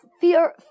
fear